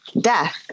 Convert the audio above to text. death